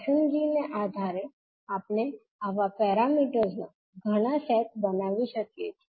પસંદગીને આધારે આપણે આવા પેરામીટર્સ ના ઘણા સેટ બનાવી શકીએ છીએ